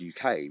UK